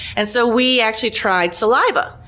and so we actually tried saliva.